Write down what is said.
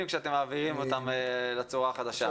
כשאתם מעבירים אותם לצורת ההעסקה החדשה.